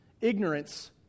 ignorance